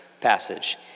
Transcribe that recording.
passage